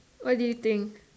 what do you think